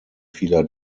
vieler